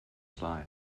slide